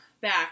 back